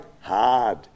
hard